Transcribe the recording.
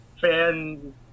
fans